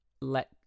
let